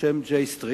בשם J Street,